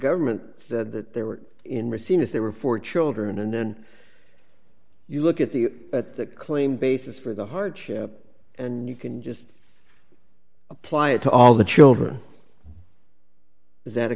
government said that they were in racine as there were four children and then you look at the at the claim basis for the hardship and you can just apply it to all the children is that a